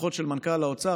לפחות של מנכ"ל האוצר,